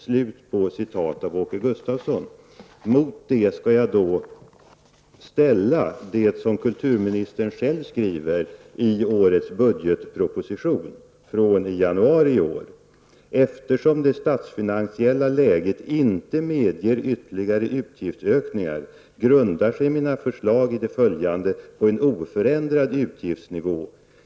Mot detta uttalande vill jag ställa vad kulturministern själv skriver i årets budgetproposition från januari i år: ''Eftersom det statsfinansiella läget inte medger ytterligare utgiftsökningar grundar sig mina förslag i det följande på en oförändrad utgiftsnivå.